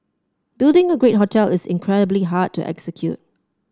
building a great hotel is incredibly hard to execute